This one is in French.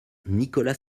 nicolas